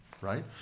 right